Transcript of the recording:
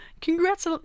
congrats